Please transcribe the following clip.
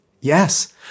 Yes